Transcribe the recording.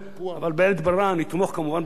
אבל בלית ברירה אני אתמוך כמובן בחוק,